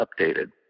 updated